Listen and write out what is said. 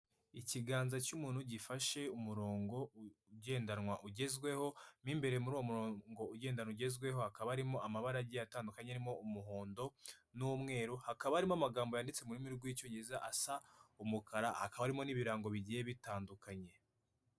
Ikiganza cy'umuntu gifashe umurongo ugendanwa ugezweho, mu imbere muri uwo murongo ugendanwa ugezweho hakaba harimo amabara agiye atandukanye arimo umuhondo n'umweru, hakaba harimo amagambo yanditse mu rurimi rw'icyongereza asa umukara, hakaba harimo n'ibirango bigiye bitandukanye.